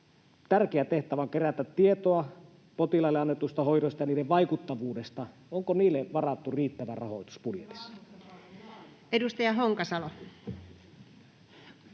tärkeä tehtävä on kerätä tietoa potilaalle annetuista hoidoista ja niiden vaikuttavuudesta, varattu riittävä rahoitus budjetissa. [Speech 144]